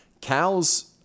Cows